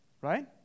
Right